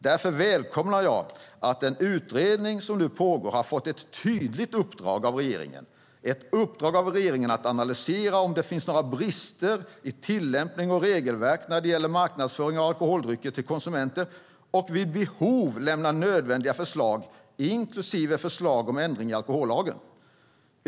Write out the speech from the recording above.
Därför välkomnar jag att den utredning som nu pågår har fått ett tydligt uppdrag av regeringen att analysera om det finns några brister i tillämpning eller regelverk när det gäller marknadsföring av alkoholdrycker till konsumenter och att vid behov lämna nödvändiga förslag inklusive förslag om ändringar i alkohollagen.